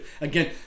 again